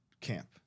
camp